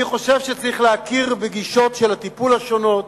אני חושב שצריך להכיר בגישות טיפול שונות.